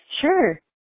Sure